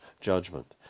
judgment